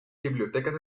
bibliotecas